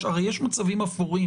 הכול ממוחשב,